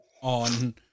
on